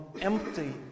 empty